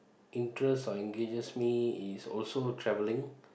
interests or engages me is also travelling